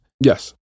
Yes